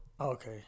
Okay